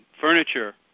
furniture